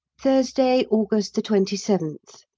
thursday, august twenty seventh.